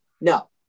No